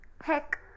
Heck